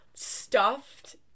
stuffed